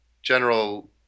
General